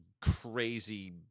crazy